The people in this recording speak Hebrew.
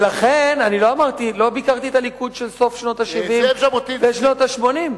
ולכן לא ביקרתי את הליכוד של סוף שנות ה-70 ושנות ה-80,